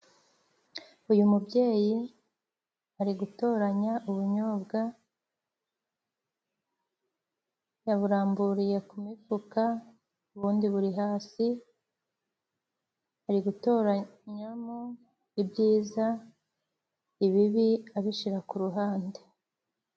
Uyu mubyeyi ari gutoranya ubunyobwa. Yaburamburiye ku mifuka ubundi buri hasi. Ari gutoranyamo ibyiza, ibibi akabishira ku ruhande.